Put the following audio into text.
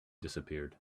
disappeared